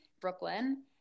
brooklyn